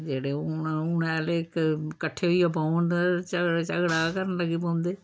जेह्ड़े हून हुनै आह्ले कट्ठे होइयै बौह्न ते झगड़ा झगड़ा करन लग्गी पौंदे